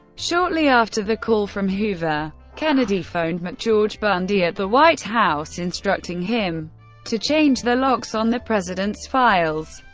shortly after the call from hoover, kennedy phoned mcgeorge bundy at the white house, instructing him to change the locks on the president's files.